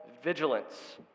Vigilance